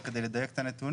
רק כדי לדייק את הנתונים,